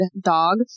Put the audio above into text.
dog